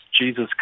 Jesus